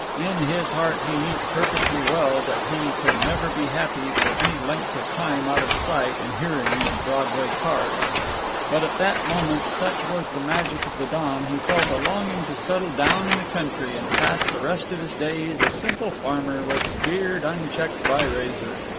in his heart he knew perfectly well that he could never be happy for any length of time out of sight and hearing of broadway cars but at that moment, such was the magic of the dawn, he felt a longing to settle down in the country and pass the rest of his days a simple farmer with beard unchecked by razor.